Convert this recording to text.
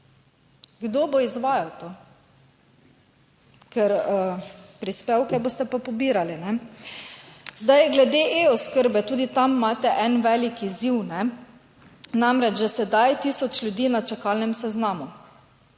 Kdo bo izvajal to? Ker prispevke boste pa pobirali, ne. Zdaj glede e-oskrbe, tudi tam imate en velik izziv, ne, namreč že sedaj je tisoč ljudi na čakalnem seznamu.